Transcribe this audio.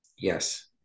Yes